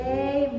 Hey